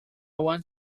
want